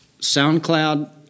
SoundCloud